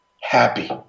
Happy